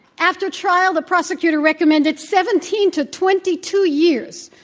after trial, the prosecutor recommended seventeen to twenty two years.